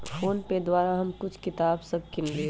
PhonePe के द्वारा हम कुछ किताप सभ किनलियइ